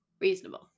Reasonable